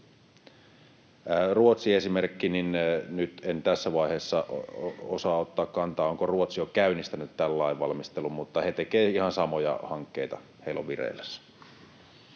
Ruotsin esimerkkiin en nyt tässä vaiheessa osaa ottaa kantaa, onko Ruotsi jo käynnistänyt tämän lainvalmistelun, mutta he tekevät, heillä on vireillä